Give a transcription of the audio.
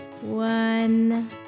one